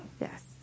Yes